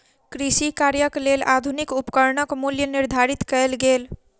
कृषि कार्यक लेल आधुनिक उपकरणक मूल्य निर्धारित कयल गेल